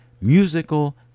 Musical